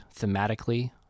thematically